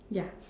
ya